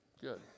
Good